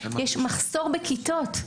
יש מחסור בכיתות.